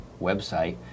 website